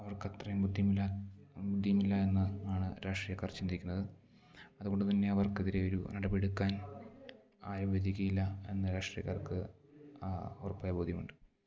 അവർക്കത്രയും ബുദ്ധിമില്ല ബുദ്ധിയുമില്ല എന്ന് ആണ് രാഷ്ട്രീയക്കാർ ചിന്തിക്കുന്നത് അതുകൊണ്ട് തന്നെ അവർക്കെതിരെ ഒരു നടപടി എടുക്കാൻ ആരും വിധിക്കുകയില്ല എന്ന് രാഷ്ട്രീയക്കാർക്ക് ഉറപ്പായ ബോധ്യമുണ്ട്